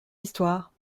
l’histoire